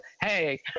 hey